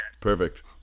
Perfect